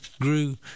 grew